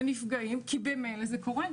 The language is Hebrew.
קורה.